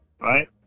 right